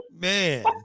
man